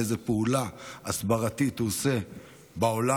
איזו פעולה הסברתית הוא עושה בעולם.